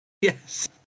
Yes